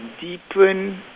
deepen